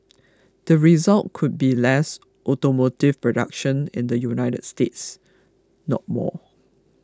the result could be less automotive production in the United States not more